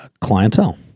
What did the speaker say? clientele